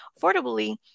affordably